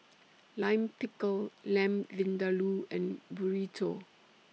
Lime Pickle Lamb Vindaloo and Burrito